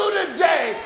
today